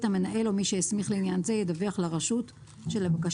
המנהל או מי שהסמיך לעניין זה ידווח לרשות שלבקשתה